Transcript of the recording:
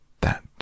That